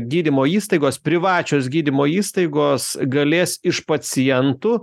gydymo įstaigos privačios gydymo įstaigos galės iš pacientų